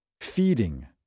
feeding